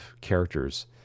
characters